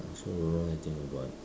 I also don't know I think about it